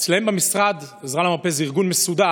אצלם במשרד, עזרה למרפא זה ארגון מסודר.